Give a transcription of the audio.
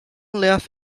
left